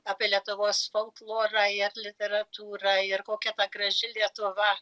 apie lietuvos folklorą ir literatūrą ir kokia ta graži lietuva